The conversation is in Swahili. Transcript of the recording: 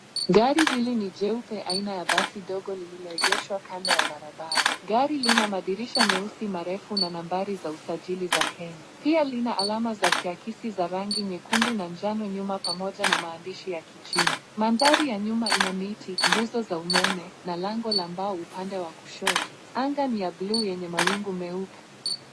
Gari hili ni jeupe aina ya basi dogo lililoegeshwa kando ya barabara. Gari lina madirisha meusi, marefu na nambari za usajili za Kenya. Pia lina alama za kiakisi za rangi nyekundu na njano nyuma, pamoja na maandishi ya kichina. Mandhari ya nyuma ina miti, nguzo za umeme na lango la mbao upande wa kushoto. Anga ni ya buluu yenye mawingu meupe.